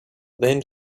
then